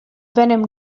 venom